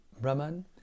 Brahman